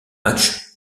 matchs